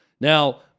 Now